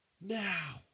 Now